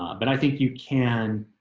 but i think you can